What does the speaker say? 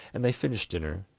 and they finished dinner,